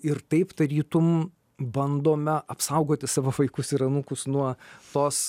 ir taip tarytum bandome apsaugoti savo vaikus ir anūkus nuo tos